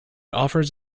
offers